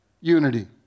unity